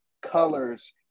Colors